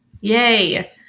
Yay